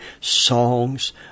songs